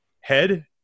Head